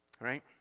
Right